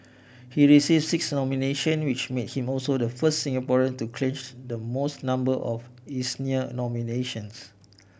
he six nomination which made him also the first Singaporean to clinch the most number of Eisner nominations